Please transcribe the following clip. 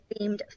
themed